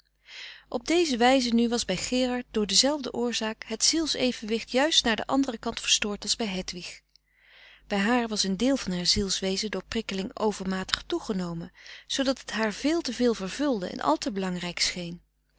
op deze wijze nu was bij gerard door dezelfde oorzaak het ziels evenwicht juist naar den anderen kant verstoord als bij hedwig bij haar was een deel van haar zielswezen door prikkeling overmatig toegenomen zoodat het haar veel te veel vervulde en al te belangrijk scheen